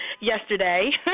yesterday